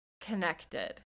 connected